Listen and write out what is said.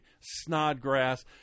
Snodgrass